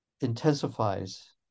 intensifies